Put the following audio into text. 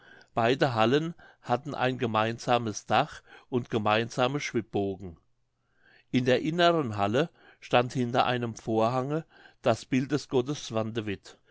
beide hallen hatten ein gemeinsames dach und gemeinsame schwibbogen in der inneren halle stand hinter einem vorhange das bild des